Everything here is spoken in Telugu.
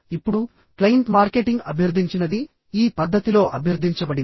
ఇప్పుడు క్లయింట్ మార్కెటింగ్ అభ్యర్థించినది ఈ పద్ధతిలో అభ్యర్థించబడింది